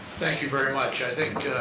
thank you very much. i think